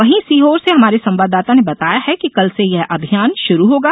वहीं सीहोर से हमारे संवाददाता ने बताया है कि कल से यह अभियान शुरू होगा